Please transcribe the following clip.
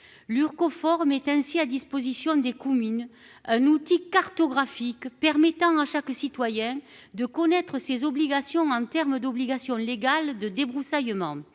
Lur confort met ainsi à disposition des communes. Un outil cartographique permettant à chaque citoyen de connaître ses obligations en terme d'obligation légale de débroussaillement.